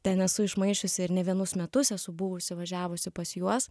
ten esu išmaišiusi ir ne vienus metus esu buvusi važiavusi pas juos